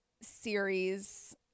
series